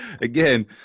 again